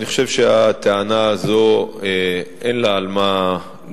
אני חושב שהטענה הזאת אין לה על מה לסמוך.